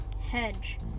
Hedge